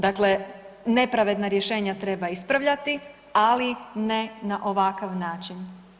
Dakle, nepravedna rješenja treba ispravljati ali ne na ovakav način.